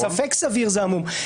ספק סביר זה עמום.